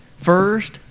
First